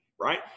right